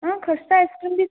हाँ खस्ता आइसक्रीम भी